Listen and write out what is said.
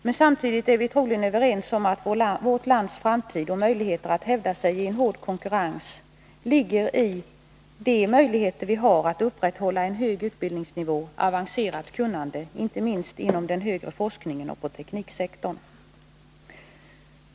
Men samtidigt är vi troligen överens om att vårt lands framtid och möjligheter att hävda sig i en hård konkurrens ligger i de möjligheter vi har att upprätthålla en hög utbildningsnivå och ett avancerat kunnande, inte minst inom den högre forskningen och på tekniksektorn.